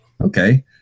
Okay